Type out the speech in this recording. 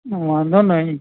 વાંધો નહી